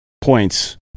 points